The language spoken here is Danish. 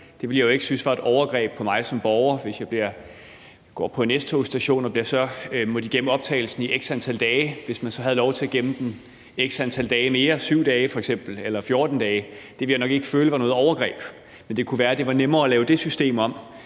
Det ville jeg jo ikke synes var et overgreb på mig som borger, altså hvis jeg går på en S-togsstation og man så må gemme optagelsen x antal dage. Hvis man så havde lov til at gemme det x antal dage mere, 7 dage eller 14 dage f.eks., så ville jeg nok ikke føle det som noget overgreb. Men det kunne være, det var nemmere at lave det system om